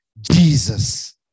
Jesus